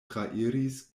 trairis